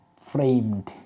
framed